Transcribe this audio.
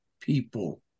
people